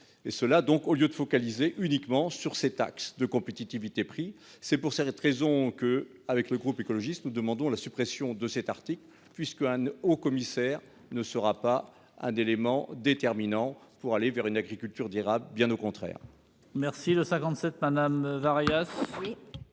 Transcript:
cela donc au lieu de focaliser uniquement sur cet axe de compétitivité prix c'est pour cette raison que, avec le groupe écologiste. Nous demandons la suppression de cet article, puisqu'haut-commissaire ne sera pas un élément déterminant pour aller vers une agriculture durable. Bien au contraire.